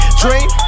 dream